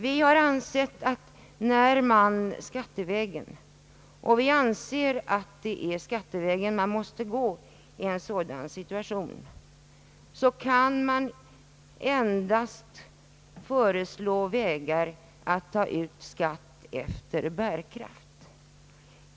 Vi har ansett att om man går skattevägen — och det är skattevägen man bör gå i en sådan här situation — kan man endast föreslå att ta ut skatt efter bärkraft.